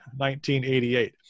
1988